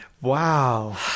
Wow